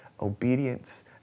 obedience